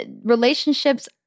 Relationships